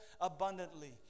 abundantly